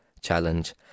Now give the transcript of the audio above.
challenge